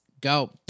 go